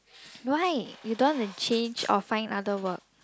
why you don't wanna change or find other work